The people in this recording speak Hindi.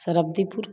सरब्दिपुर